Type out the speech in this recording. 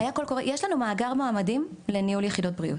יש לנו מאגר מועמדים לניהול יחידות בריאות.